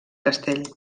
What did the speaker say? castell